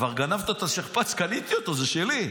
כבר גנבת את השכפ"ץ, קניתי אותו, זה שלי.